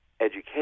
education